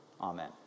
Amen